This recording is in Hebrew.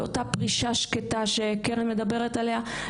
ואותה פרישה שקטה שקרן מדברת עליה,